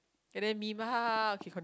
and then meme ha ha ha ha okay continue